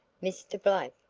mr. blake!